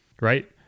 right